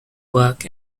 work